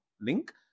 link